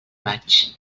vaig